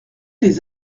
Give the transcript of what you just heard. des